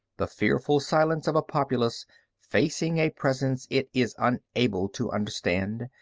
the fearful silence of a populace facing a presence it is unable to understand,